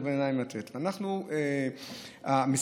מה שנקרא.